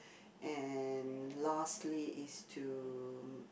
and lastly is to